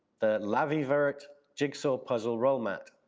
the lavievert jigsaw puzzle roll mat.